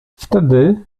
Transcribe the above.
wtedy